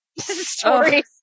stories